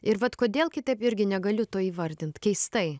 ir vat kodėl kitaip irgi negaliu to įvardint keistai